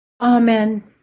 Amen